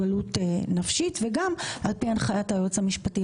אז אני אומר גם רביזיה אחרי.